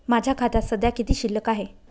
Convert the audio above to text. माझ्या खात्यात सध्या किती शिल्लक आहे?